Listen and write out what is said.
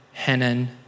Hanan